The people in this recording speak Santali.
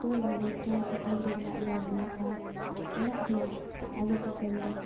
ᱛᱚᱞᱟᱞᱮ ᱛᱚᱞ ᱠᱟᱛᱮᱱᱫᱚ ᱚᱲᱟᱜᱞᱮ ᱟᱹᱜᱩᱭᱟ ᱟᱨ ᱚᱲᱟᱜᱨᱮ ᱟᱹᱜᱩ ᱠᱟᱛᱮ ᱫᱚ